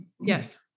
Yes